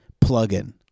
plug-in